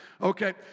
Okay